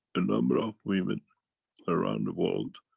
a number of women around the world,